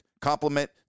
complement